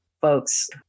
folks